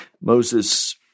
Moses